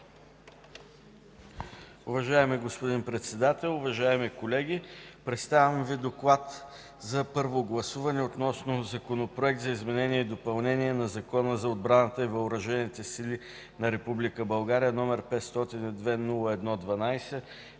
Уважаеми господин Председател, уважаеми колеги! Представям Ви: „ДОКЛАД за първо гласуване относно Законопроект за изменение и допълнение на Закона за отбраната и въоръжените сили на Република